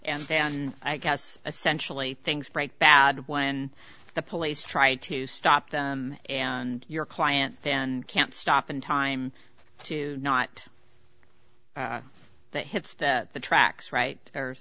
and then i guess essentially things break bad when the police try to stop them and your client then can't stop in time to not that hits that the tracks right